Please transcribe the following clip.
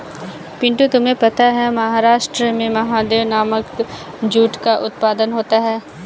पिंटू तुम्हें पता है महाराष्ट्र में महादेव नामक जूट का उत्पादन होता है